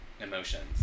emotions